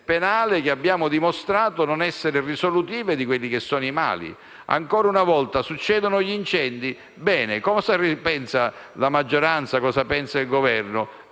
penale, che abbiamo dimostrato non essere risolutive di quelli che sono i mali. Ancora una volta si verificano gli incendi? Bene, cosa pensano di fare la maggioranza e il Governo?